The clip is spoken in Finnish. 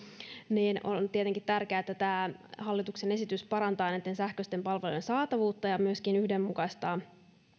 niin on tietenkin tärkeää että tämä hallituksen esitys parantaa näitten sähköisten palvelujen saatavuutta ja myöskin yhdenmukaistaa